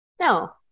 No